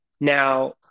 Now